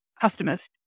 customers